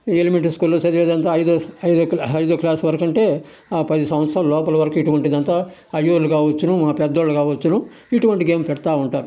elementary స్కూల్లో చదివేదంత ఐదు ఐదు ఐదో క్లాస్ వరకు అంటే పది సంవత్సరాలు లోపల వరకు ఇటువంటిదంతా అయ్యోళ్ళు కావచ్చును మా పెద్దోళ్ళు కావొచ్చును ఇటువంటి గేమ్ పెడుతూ ఉంటారు